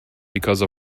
because